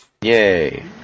Yay